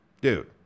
dude